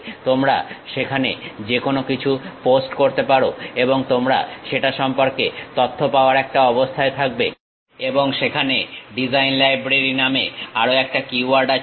তোমরা সেখানে যে কোন কিছু পোস্ট করতে পারো এবং তোমরা সেটা সম্পর্কে তথ্য পাওয়ার একটা অবস্থায় থাকবে এবং সেখানে ডিজাইন লাইব্রেরী নামে আরও একটা কীওয়ার্ড আছে